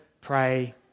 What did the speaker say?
pray